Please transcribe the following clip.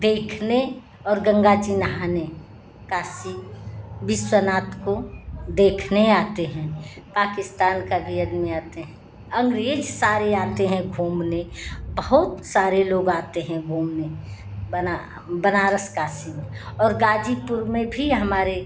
देखने और गंगा जी नहाने काशी विश्वनाथ को देखने आते हैं पाकिस्तान का भी आदमी आते हैं अंग्रेज सारे आते हैं घूमने बहुत सारे लोग आते हैं घूमने बना बनारस काशी में और गाजीपुर में भी हमारे